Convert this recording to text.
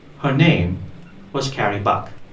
her name was carrie buck.